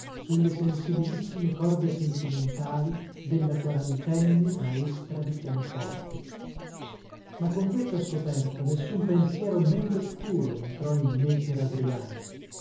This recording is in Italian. sulle sensibilissime corde sentimentali della quarantenne maestra di pianoforte ma con questa scoperta nessun pensiero men che puro entrò